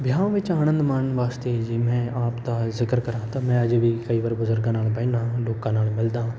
ਵਿਆਹਾਂ ਵਿੱਚ ਆਨੰਦ ਮਾਣਨ ਵਾਸਤੇ ਜੇ ਮੈਂ ਆਪ ਦਾ ਜ਼ਿਕਰ ਕਰਾਂ ਤਾਂ ਮੈਂ ਅਜੇ ਵੀ ਕਈ ਵਾਰ ਬਜ਼ੁਰਗਾਂ ਨਾਲ ਬਹਿਨਾ ਲੋਕਾਂ ਨਾਲ ਮਿਲਦਾ ਹਾਂ